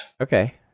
Okay